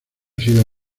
sido